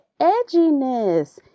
edginess